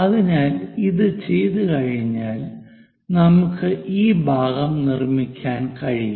അതിനാൽ ഇത് ചെയ്തുകഴിഞ്ഞാൽ നമുക്ക് ഈ ഭാഗം നിർമ്മിക്കാൻ കഴിയും